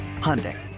Hyundai